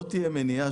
לא תהיה מניעה,